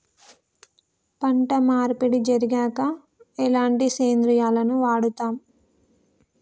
పంట మార్పిడి జరిగాక ఎలాంటి సేంద్రియాలను వాడుతం?